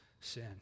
sin